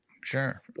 Sure